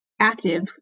active